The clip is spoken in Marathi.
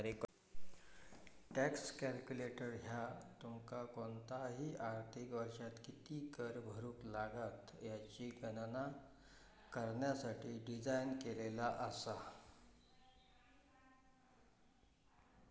टॅक्स कॅल्क्युलेटर ह्या तुमका कोणताही आर्थिक वर्षात किती कर भरुक लागात याची गणना करण्यासाठी डिझाइन केलेला असा